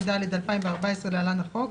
התשע"ד-2014 (להלן - החוק),